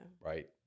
right